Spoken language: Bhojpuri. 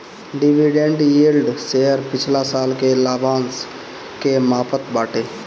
डिविडेंट यील्ड शेयर पिछला साल के लाभांश के मापत बाटे